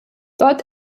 dort